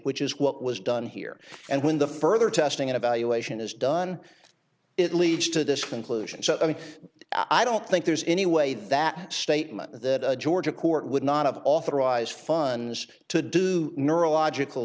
which is what was done here and when the further testing and evaluation is done it leads to this conclusion so i don't think there's any way that statement that a georgia court would not have authorize funds to do neurological